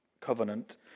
covenant